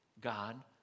God